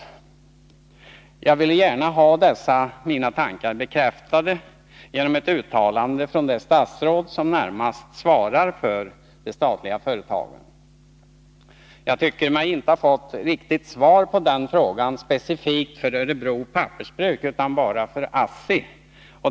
Med min fråga ville jag gärna ha dessa mina tankar bekräftade genom ett uttalande från det statsråd som närmast ansvarar för de statliga företagen. Jag tycker mig emellertid inte ha fått något riktigt svar på den frågan specifikt för Örebro Pappersbruk utan bara för ASSI.